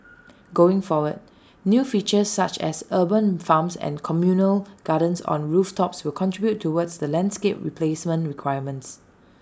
going forward new features such as urban farms and communal gardens on rooftops will contribute towards the landscape replacement requirements